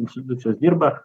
institucijos dirba